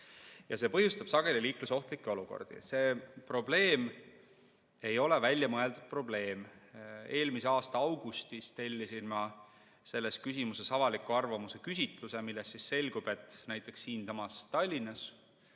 See põhjustab sageli liiklusohtlikke olukordi. See ei ole väljamõeldud probleem. Eelmise aasta augustis tellisin ma selles küsimuses avaliku arvamuse küsitluse, millest selgub, et näiteks siinsamas Tallinnas,